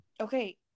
Okay